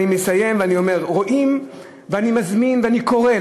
אני מסיים ואומר: אני מזמין ואני קורא,